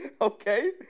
Okay